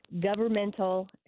governmental